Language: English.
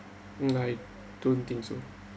mm I don't think so